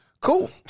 Cool